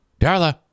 Darla